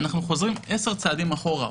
אנחנו חוזרים עשרה צעדים אחורה.